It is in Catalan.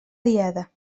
diada